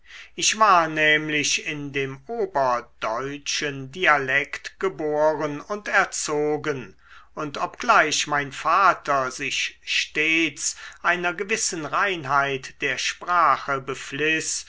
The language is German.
ich war nämlich in dem oberdeutschen dialekt geboren und erzogen und obgleich mein vater sich stets einer gewissen reinheit der sprache befliß